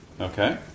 Okay